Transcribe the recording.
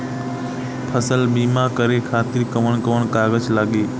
फसल बीमा करे खातिर कवन कवन कागज लागी?